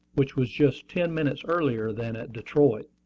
which was just ten minutes earlier than at detroit.